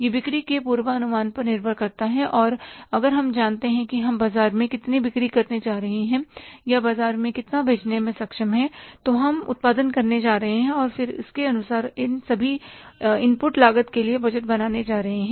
यह बिक्री के पूर्वानुमान पर निर्भर करता है और अगर हम जानते हैं कि हम बाजार में कितनी बिक्री करने जा रहे हैं या हम बाजार में कितना बेचने में सक्षम हैं तो हम उत्पादन करने जा रहे हैं और फिर उसके अनुसार हम सभी इनपुट लागत के लिए बजट बनाने जा रहे हैं